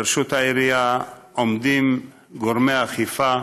לרשות העירייה עומדים גורמי אכיפה